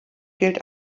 gilt